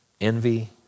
envy